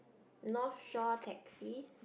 North shore taxi